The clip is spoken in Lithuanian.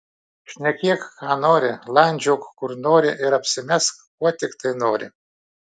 šnekėk ką nori landžiok kur nori ir apsimesk kuo tiktai nori